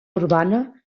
urbana